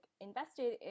invested